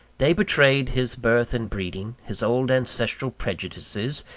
they betrayed his birth and breeding, his old ancestral prejudices,